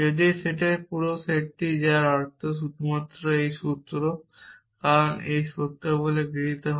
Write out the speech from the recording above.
যদি এই সূত্রের পুরো সেট যার অর্থ শুধুমাত্র এই সূত্র কারণ এটি সত্য বলে গৃহীত হয়